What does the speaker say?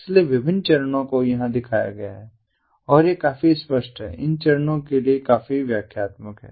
इसलिए विभिन्न चरणों को यहाँ दिखाया गया है और यह काफी स्पष्ट है यह इन चरणों के लिए काफी व्याख्यात्मक है